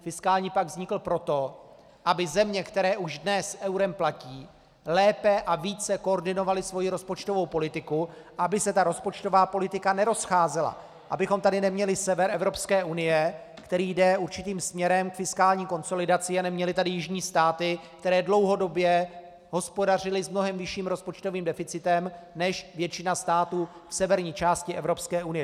Fiskální pakt vznikl proto, aby země, které už dnes eurem platí, lépe a více koordinovaly svoji rozpočtovou politiku a aby se rozpočtová politika nerozcházela, abychom tady neměli sever Evropské unie, který jde určitým směrem k fiskální konsolidaci, a neměli tady jižní státy, které dlouhodobě hospodařily s mnohem vyšším rozpočtovým deficitem než většina států v severní části Evropské unie.